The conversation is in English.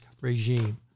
regime